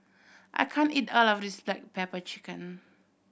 I can't eat all of this black pepper chicken